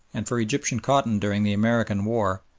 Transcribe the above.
and for egyptian cotton during the american war,